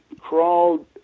crawled